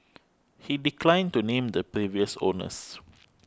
he declined to name the previous owners